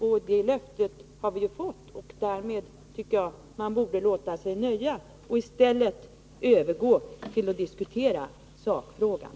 Men vi har ju fått ett löfte om det, och därmed tycker jag att man borde låta sig nöja och i stället övergå till att diskutera sakfrågan.